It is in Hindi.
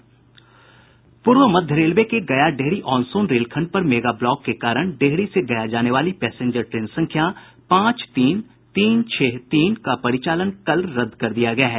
पूर्व मध्य रेलवे के गया डेहरी ऑन सोन रेलखंड पर मेगा ब्लॉक के कारण डेहरी से गया जाने वाली पैसेंजर ट्रेन संख्या पांच तीन तीन छह तीन का परिचालन कल रद्द कर दिया गया है